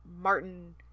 Martin